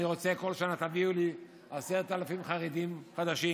אני רוצה שכל שנה תביאו לי 10,000 חרדים אנשים.